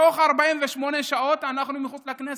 תוך 48 שעות אנחנו מחוץ לכנסת.